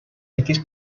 equips